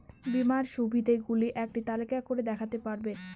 বীমার সুবিধে গুলি একটি তালিকা করে দেখাতে পারবেন?